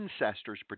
ancestors